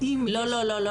האם יש --- לא לא,